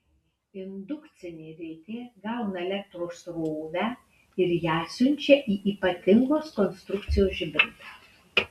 indukcinė ritė gauna elektros srovę ir ją siunčia į ypatingos konstrukcijos žibintą